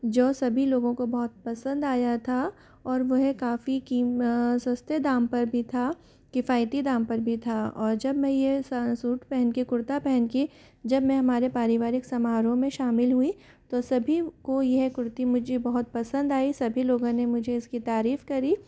जो सभी लोगों को बहुत पसंद आया था और वह काफ़ी कीम सस्ते दाम पर भी था किफ़ायती दम पर भी था और जब मैं यह सा सूट पहन के कुर्ता पहन के जब मैं हमारे पारिवारिक समारोह में शामिल हुई तो सभी को यह कुर्ती मुझे बहुत पसंद आई सभी लोगों ने मुझे इसकी तारीफ़ करी